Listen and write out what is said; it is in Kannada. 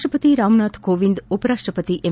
ರಾಷ್ಟ್ರಪತಿ ರಾಮನಾಥ್ ಕೋವಿಂದ್ ಉಪರಾಷ್ಟ್ರಪತಿ ಎಂ